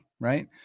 right